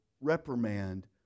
reprimand